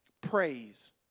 Praise